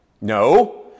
No